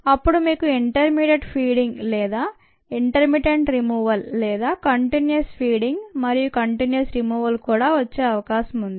అప్పడు మీకు intermittent feeding లేదా ఇంటర్మీటెంట్ రిమూవల్ లేదా కంటిన్యూస్ ఫీడింగ్ మరియు కంటిన్యూస్ రిమూవల్ కూడా వచ్చే అవకాశం ఉంది